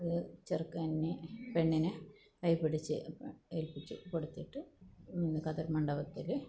ചെറുക്കന് പെണ്ണിനെ കൈപിടിച്ച് ഏൽപ്പിച്ചു കൊടുത്തിട്ട് കതിർമണ്ഡപത്തിൽ